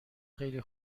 خیلی